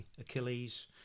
Achilles